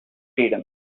freedom